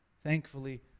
Thankfully